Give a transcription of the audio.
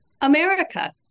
America